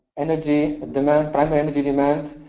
energy and demand, primary energy demand,